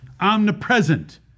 Omnipresent